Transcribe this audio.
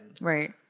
Right